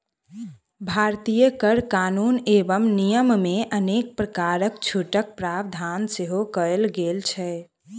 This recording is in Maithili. भारतीय कर कानून एवं नियममे अनेक प्रकारक छूटक प्रावधान सेहो कयल गेल छै